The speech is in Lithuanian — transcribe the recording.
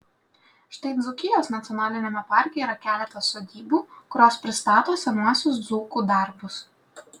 štai dzūkijos nacionaliniame parke yra keletas sodybų kurios pristato senuosius dzūkų darbus